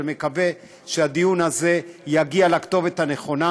אני מקווה שהדיון הזה יגיע לכתובת הנכונה,